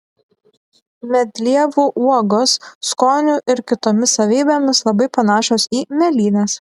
medlievų uogos skoniu ir kitomis savybėmis labai panašios į mėlynes